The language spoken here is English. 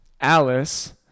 alice